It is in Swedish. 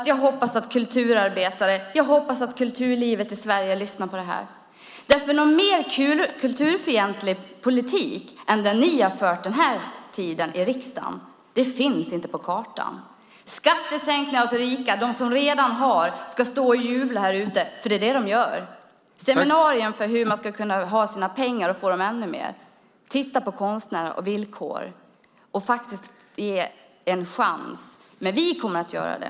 Jag hoppas att kulturarbetare och kulturlivet i Sverige lyssnar på det här, för någon mer kulturfientlig politik än den ni har fört den här tiden i riksdagen finns inte på kartan. Det är skattesänkningar till de rika. De som redan har ska stå och jubla här ute. Det är det som de gör. Det finns seminarier om hur man ska kunna använda sina pengar och få ännu mer. Titta på konstnärernas villkor! Ge dem en chans! Vi kommer att göra det.